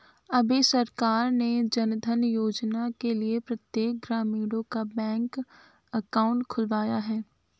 अभी सरकार ने जनधन योजना के लिए प्रत्येक ग्रामीणों का बैंक अकाउंट खुलवाया है